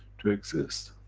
to exist.